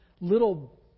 little